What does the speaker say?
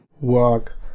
work